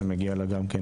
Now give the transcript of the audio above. ומגיע לה גם כן.